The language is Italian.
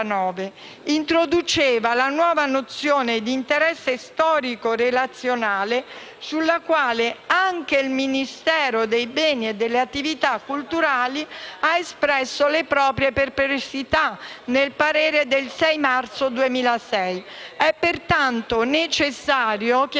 introduceva la nuova nozione di interesse storico-relazionale, sulla quale anche il Ministero dei beni e delle attività culturali ha espresso le proprie perplessità nel parere del 6 marzo 2006. È pertanto necessario procedere